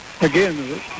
Again